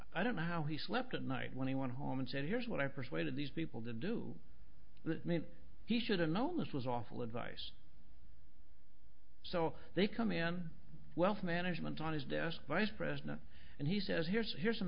i don't know how he slept at night when he went home and said here's what i persuaded these people to do that maybe he should have known this was awful advice so they come in wealth management on his desk vice president and he says here's here's some